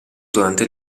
durante